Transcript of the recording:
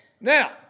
Now